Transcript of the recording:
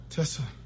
Tessa